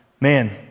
man